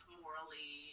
morally